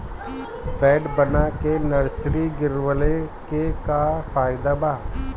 Bed बना के nursery गिरवले के का फायदा बा?